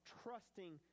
trusting